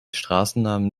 straßennamen